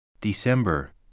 December